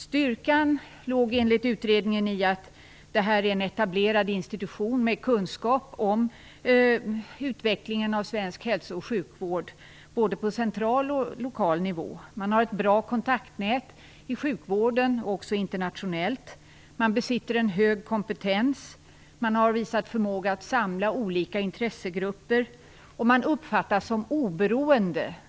Styrkan låg, enligt utredningen, i att det här är en etablerad institution, med kunskap om utvecklingen av svensk hälso och sjukvård både på central och på lokal nivå. Man har ett bra kontaktnät i sjukvården och också internationellt. Man besitter en hög kompetens. Man har visat förmåga att samla olika intressegrupper. Man uppfattas som oberoende.